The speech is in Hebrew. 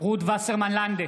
רות וסרמן לנדה,